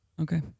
Okay